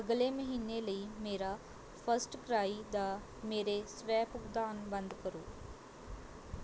ਅਗਲੇ ਮਹੀਨੇ ਲਈ ਮੇਰਾ ਫਸਟਕ੍ਰਾਈ ਦਾ ਮੇਰੇ ਸਵੈ ਭੁਗਤਾਨ ਬੰਦ ਕਰੋ